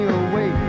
away